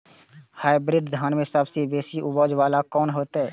Hybrid धान में सबसे बेसी उपज बाला कोन हेते?